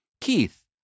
Keith